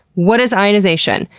what is ionization?